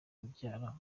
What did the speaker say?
kubyara